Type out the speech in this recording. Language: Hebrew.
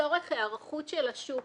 לצורך היערכות של השוק,